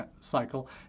cycle